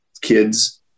kids